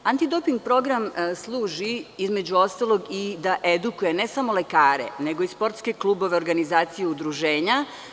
Antidoping program služi, između ostalog, i da edukuje ne samo lekare, nego i sportske klubove, organizacije i udruženja.